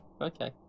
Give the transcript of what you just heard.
Okay